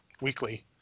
weekly